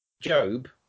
Job